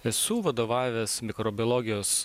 esu vadovavęs mikrobiologijos